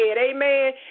Amen